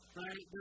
right